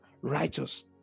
righteous